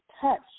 touch